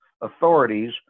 authorities